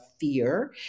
fear